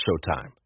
Showtime